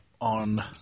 on